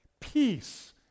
Peace